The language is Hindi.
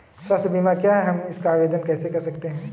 स्वास्थ्य बीमा क्या है हम इसका आवेदन कैसे कर सकते हैं?